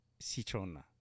Citrona